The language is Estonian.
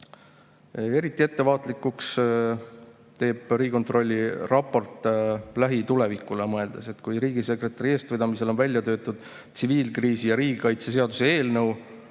Eriti ettevaatlikuks teeb Riigikontrolli raport lähitulevikule mõeldes. Riigisekretäri eestvedamisel on välja töötatud tsiviilkriisi ja riigikaitse seaduse eelnõu,